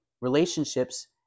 relationships